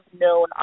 known